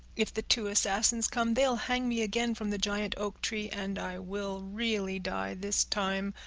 if the two assassins come, they'll hang me again from the giant oak tree and i will really die, this time.